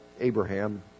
Abraham